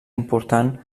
important